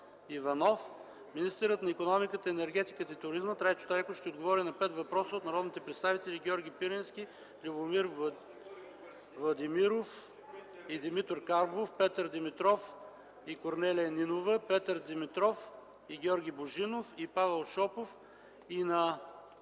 Иванов; - министърът на икономиката, енергетиката и туризма Трайчо Трайков ще отговори на пет въпроса от народните представители Георги Пирински, Любомир Владимиров и Димитър Карбов; Петър Димитров и Корнелия Нинова; Петър Димитров и Георги Божинов, и Павел Шопов и на